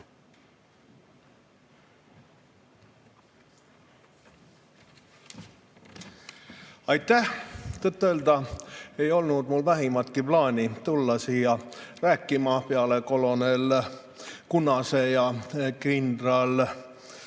Aitäh! Tõtt-öelda ei olnud mul vähimatki plaani tulla siia rääkima peale kolonel Kunnast ja kindral